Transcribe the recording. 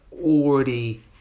already